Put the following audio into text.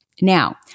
Now